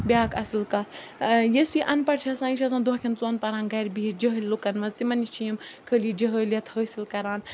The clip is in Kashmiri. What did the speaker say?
بیٛاکھ اَصٕل کَتھ یُس یہِ اَن پَڑھ چھِ آسان یہِ چھِ آسان دۄہ کٮ۪ن ژۄن پَہرَن گَرِ بِہِتھ جٲہِل لُکَن منٛز تِمَن نِش چھِ یِم خٲلی جہٲلیت حٲصِل کَران